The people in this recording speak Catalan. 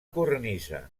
cornisa